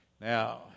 Now